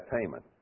payment